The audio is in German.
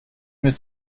mir